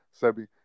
Sebi